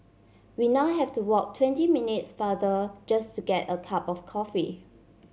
we now have to walk twenty minutes farther just to get a cup of coffee